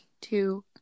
two